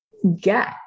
Get